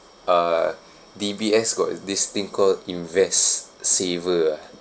uh D_B_S got this thing called invest-saver ah